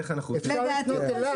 אפשר לפנות אלי.